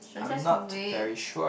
should just wait